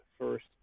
first